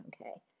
okay